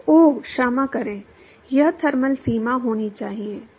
ओह क्षमा करें यह थर्मल सीमा होनी चाहिए